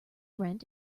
rent